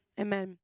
Amen